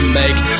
make